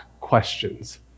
questions